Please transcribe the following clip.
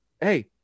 hey